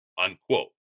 Unquote